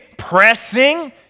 Pressing